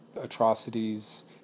atrocities